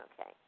okay